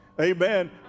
amen